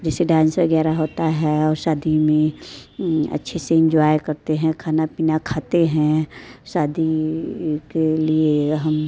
जैसे डांस वगैरह होता है और शादी में अच्छे से एन्जॉय करते हैं खाना पीना खाते हैं शादी के लिए हम